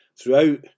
throughout